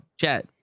chat